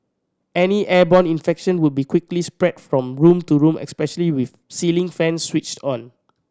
any airborne infection would be quickly spread from room to room especially with ceiling fans switched on